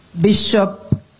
Bishop